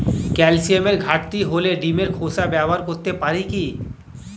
ক্যালসিয়ামের ঘাটতি হলে ডিমের খোসা ব্যবহার করতে পারি কি?